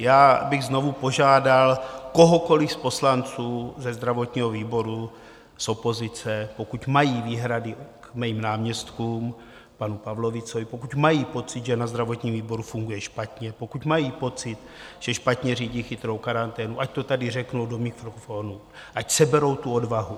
Já bych znovu požádal kohokoliv z poslanců ze zdravotního výboru, z opozice, pokud mají výhrady k mým náměstkům, k panu Pavlovicovi, pokud mají pocit, že na zdravotním výboru funguje špatně, pokud mají pocit, že špatně řídí Chytrou karanténu, ať to tady řeknou do mikrofonu, ať seberou tu odvahu.